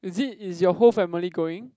is it is your whole family going